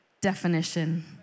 definition